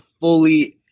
fully